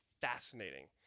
fascinating